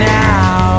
now